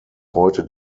heute